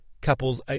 couples